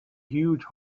huge